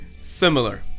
similar